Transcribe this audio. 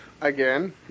again